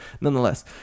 nonetheless